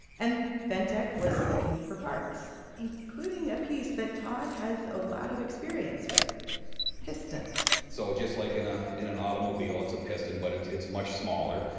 and ventec was looking for parts, including a piece that todd has a lot of experience with pistons so just like in ah in an automobile, it's a piston, but it's it's much smaller.